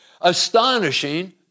astonishing